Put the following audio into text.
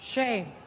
Shame